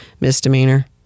misdemeanor